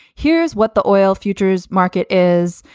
here's what the oil futures market is.